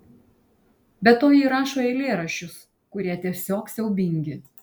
be to ji rašo eilėraščius kurie tiesiog siaubingi